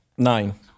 Nine